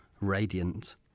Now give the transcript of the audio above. Radiant